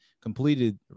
completed